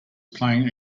playing